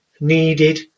needed